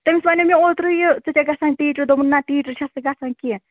تٔمِس وَنٮ۪و مےٚ اوترٕ یہِ ژٕ چھَکھ گژھان ٹیٖچرِ دوٚپُن نہَ ٹیٖچرِ چھَس نہٕ گژھان کیٚنٛہہ